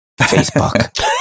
Facebook